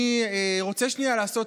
אני רוצה לשנייה לעשות